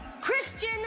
Christian